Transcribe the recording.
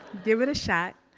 give it a shot,